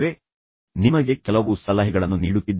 ನಾನು ನಿಮಗೆ ಕೆಲವು ಸಲಹೆಗಳನ್ನು ನೀಡುತ್ತಿದ್ದೇನೆ